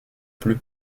plus